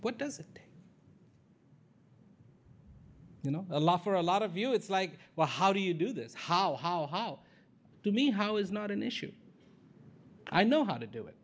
what does it take you know a lot for a lot of you it's like well how do you do this how how how to me how is not an issue i know how to do it